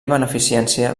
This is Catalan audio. beneficència